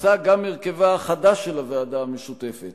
מצא גם הרכבה החדש של הוועדה המשותפת